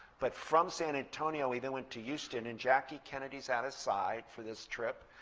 but from san antonio, he then went to houston, and jackie kennedy's at his side for this trip.